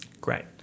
Great